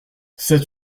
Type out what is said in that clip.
c’est